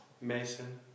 Mason